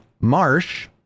Marsh